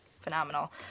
phenomenal